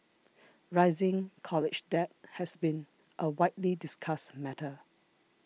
rising college debt has been a widely discussed matter